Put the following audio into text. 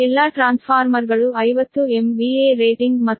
ಎಲ್ಲಾ ಟ್ರಾನ್ಸ್ಫಾರ್ಮರ್ಗಳು 50 MVA rating ಮತ್ತು 0